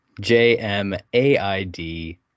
J-M-A-I-D